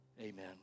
Amen